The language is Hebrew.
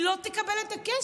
היא לא תקבל את הכסף.